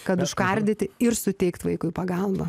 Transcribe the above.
kad užkardyti ir suteikt vaikui pagalbą